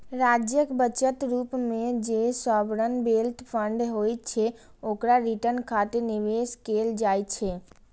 राज्यक बचत रूप मे जे सॉवरेन वेल्थ फंड होइ छै, ओकरा रिटर्न खातिर निवेश कैल जाइ छै